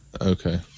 Okay